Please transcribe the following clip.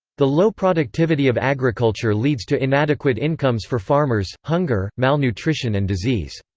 the low productivity of agriculture leads to inadequate incomes for farmers, hunger, malnutrition and disease.